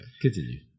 continue